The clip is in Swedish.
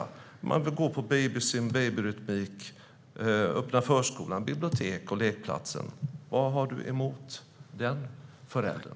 Man kanske vill gå på babysim, babyrytmik, öppna förskolan, biblioteket och lekplatsen. Vad har du emot den föräldern?